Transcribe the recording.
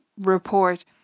report